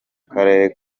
karere